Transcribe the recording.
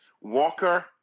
Walker